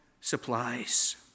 supplies